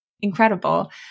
incredible